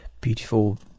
beautiful